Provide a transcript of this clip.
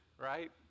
right